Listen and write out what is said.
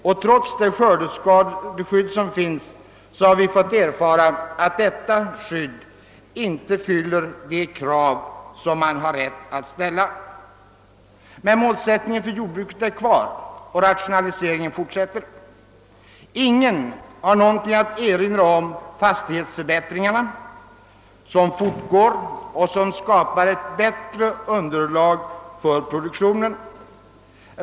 De har erfarit att det skördeskadeskydd som finns inte fyller de krav man har rätt att ställa. Målsättningen för jordbruket står emellertid kvar, och rationaliseringen fortsätter. Ingen har någonting att erinra mot fastighetsförbättringarna, som fortgår och skapar ett bättre underlag för produktionen.